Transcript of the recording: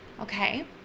Okay